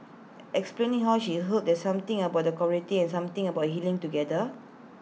explaining how she healed there's something about the community and something about healing together